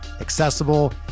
accessible